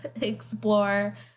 explore